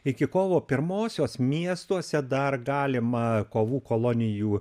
iki kovo pirmosios miestuose dar galima kovų kolonijų